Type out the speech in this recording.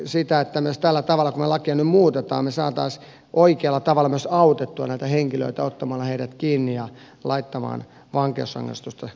siitä että myös tällä tavalla kuin lakia muutetaan osaltaan se oikea tapa myös autettua näitä henkilöitä ottamalla heidät kiinni ja laittomaan vankeusrangaistusta